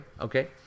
okay